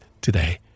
today